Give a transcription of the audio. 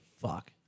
fuck